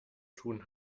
tun